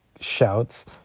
shouts